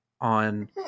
on